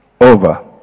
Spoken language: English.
over